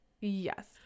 Yes